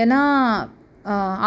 ஏன்னால்